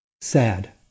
sad